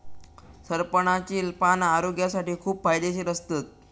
सरपणाची पाना आरोग्यासाठी खूप फायदेशीर असतत